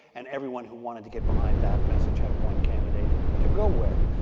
and everyone who wanted to get behind that message had one candidate to go with.